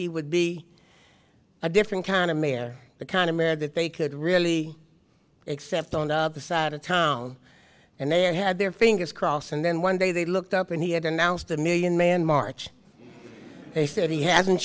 he would be a different kind of mare the kind of mare that they could really except on the side of town and they had their fingers crossed and then one day they looked up and he had announced a million man march they said he hasn't